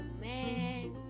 man